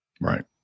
right